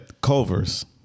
Culver's